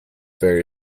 very